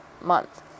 month